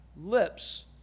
lips